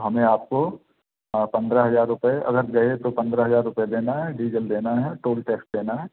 हमें आपको पंद्रह हज़ार रुपये अगर गए तो पंद्रह हज़ार रुपये देना है डीजल देना है टोल टैक्स देना है